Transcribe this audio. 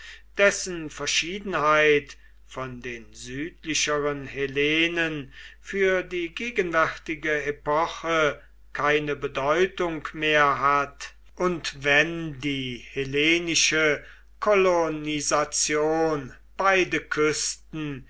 dessen verschiedenheit von den südlicheren hellenen für die gegenwärtige epoche keine bedeutung mehr hat und wenn die hellenische kolonisation beide küsten